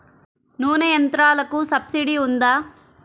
నూనె యంత్రాలకు సబ్సిడీ ఉందా?